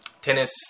tennis